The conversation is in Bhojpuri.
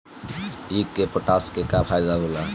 ईख मे पोटास के का फायदा होला?